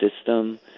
system